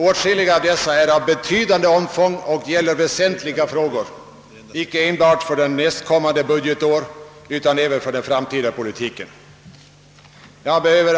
Åtskilliga av dessa är av betydande omfång och gäller väsentliga frågor inte enbart för nästkommande budgetår utan även för den framtida politiken.